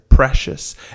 Precious